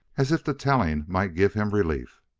as if the telling might give him relief.